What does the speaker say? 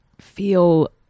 feel